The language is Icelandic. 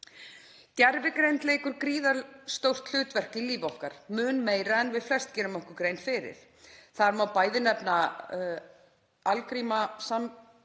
Gervigreind leikur gríðarstórt hlutverk í lífi okkar, mun meira en við flest gerum okkur grein fyrir. Þar má bæði nefna algrím samfélagsmiðla